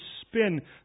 spin